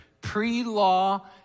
Pre-law